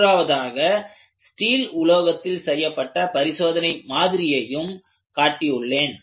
மூன்றாவதாக ஸ்டீல் உலோகத்தில் செய்யப்பட்ட பரிசோதனை மாதிரியையும் காட்டியுள்ளேன்